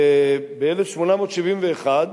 ב-1871,